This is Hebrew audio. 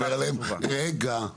לדבר עליהן, אבל